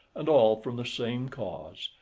and all from the same cause,